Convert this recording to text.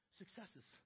successes